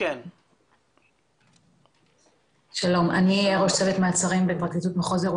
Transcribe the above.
נקודת המצב היא מעצר.